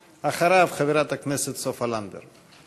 אחריו, חברת הכנסת סופה לנדבר.